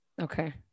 Okay